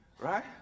right